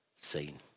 seen